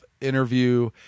interview